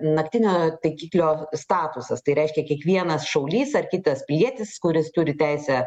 naktinio taikiklio statusas tai reiškia kiekvienas šaulys ar kitas pilietis kuris turi teisę